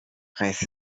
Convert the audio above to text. heißt